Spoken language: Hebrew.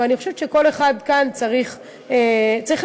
ואני חושבת שכל אחד כאן צריך לעשות